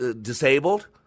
disabled